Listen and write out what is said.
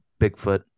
Bigfoot